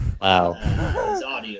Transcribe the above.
Wow